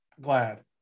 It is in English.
glad